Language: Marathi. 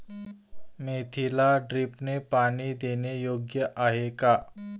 मेथीला ड्रिपने पाणी देणे योग्य आहे का?